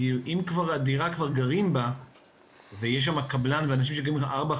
כי אם כבר גרים בדירה ויש שם קבלן ואנשים גרים שם 4,